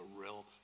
real